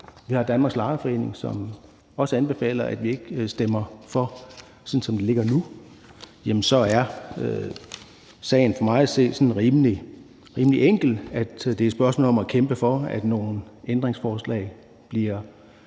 vi har Danmarks Lejerforening, som også anbefaler, at vi ikke stemmer for, sådan som det ligger nu, jamen så er sagen for mig at se sådan rimelig enkel, nemlig at det er et spørgsmål om at kæmpe for, at nogle ændringsforslag opnår